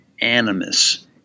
animus